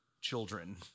children